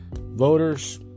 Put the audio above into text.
voters